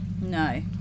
No